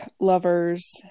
lovers